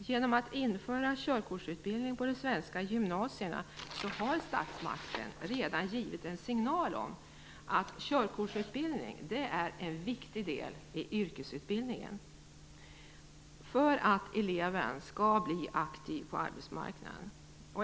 Genom att införa körkortsutbildning på de svenska gymnasierna har statsmakten redan givit en signal om att körkortsutbildning är en viktig del i yrkesutbildningen för att eleven skall bli attraktiv på arbetsmarknaden.